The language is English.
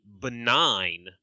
benign